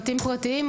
בתים פרטיים,